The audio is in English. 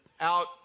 out